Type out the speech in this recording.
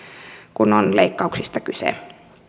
kun on leikkauksista kyse